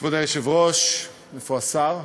כבוד היושב-ראש, איפה השר?